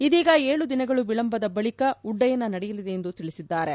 ಇದೀಗ ಏಳು ದಿನಗಳು ವಿಳಂಬದ ಬಳಿಕ ಉಡ್ಡಯನ ನಡೆಯಲಿದೆ ಎಂದು ತಿಳಿಸಿದ್ದಾರೆ